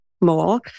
more